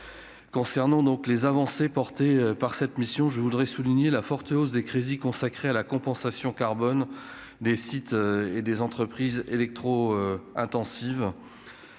concernant donc les avancées portées par cette mission, je voudrais souligner la forte hausse des crédits consacrés à la compensation carbone des sites et des entreprises électro-intensives,